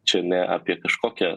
čia ne apie kažkokią